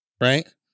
right